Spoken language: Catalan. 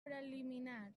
preliminar